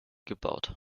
gebaut